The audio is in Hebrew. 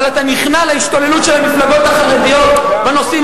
אבל אתה נכנע להשתוללות של המפלגות החרדיות בנושאים